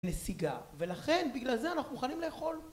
נסיגה. ולכן בגלל זה אנחנו מוכנים לאכול...